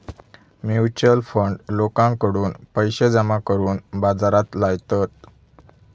mutual fund लोकांकडून पैशे जमा करून बाजारात लायतत